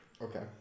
Okay